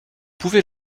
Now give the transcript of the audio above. pouvait